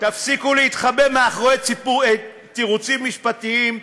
תפסיקו להתחבא מאחורי תירוצים משפטיים.